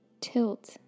tilt